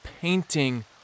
Painting